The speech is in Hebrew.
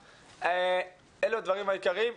אלו הדברים העיקריים.